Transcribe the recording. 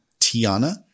Tiana